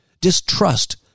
distrust